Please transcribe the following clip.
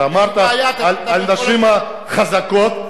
כשאמרת על הנשים החזקות,